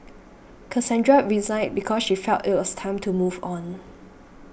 Cassandra resigned because she felt it was time to move on